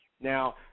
Now